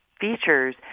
features